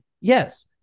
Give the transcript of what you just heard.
Yes